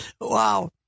Wow